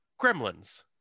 Gremlins